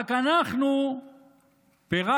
רק אנחנו פירשנו,